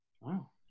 Wow